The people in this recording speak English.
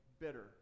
bitter